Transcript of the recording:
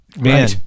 man